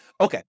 Okay